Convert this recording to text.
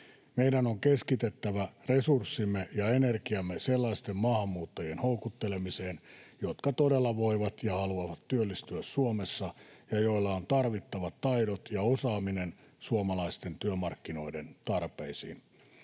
Meidän on keskitettävä resurssimme ja energiamme sellaisten maahanmuuttajien houkuttelemiseen, jotka todella voivat ja haluavat työllistyä Suomessa ja joilla on tarvittavat taidot ja osaaminen suomalaisten työmarkkinoiden tarpeisiin.